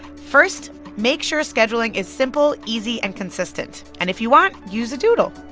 first, make sure scheduling is simple, easy and consistent. and if you want, use a doodle.